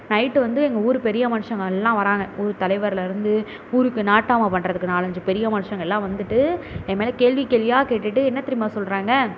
night வந்து எங்கள் ஊர் பெரிய மனுஷங்க எல்லாம் வர்றாங்க ஊர் தலைவரில் இருந்து ஊருக்கு நாட்டாமை பண்ணுறதுக்கு நாலஞ்சு பெரிய மனுஷங்க எல்லாம் வந்துவிட்டு என் மேல் கேள்வி கேள்வியாக கேட்டுவிட்டு என்ன தெரியுமா சொல்கிறாங்க